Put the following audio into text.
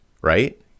Right